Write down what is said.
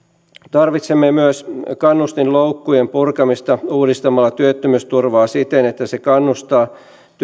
tarvitsemme myös kannustinloukkujen purkamista uudistamalla työttömyysturvaa siten että se kannustaa työn